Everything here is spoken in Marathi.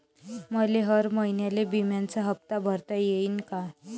मले हर महिन्याले बिम्याचा हप्ता भरता येईन का?